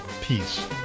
Peace